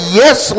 yes